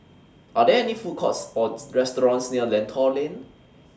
Are There Food Courts Or restaurants near Lentor Lane